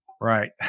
Right